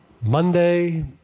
Monday